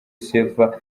silva